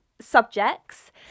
subjects